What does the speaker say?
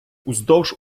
уздовж